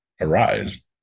arise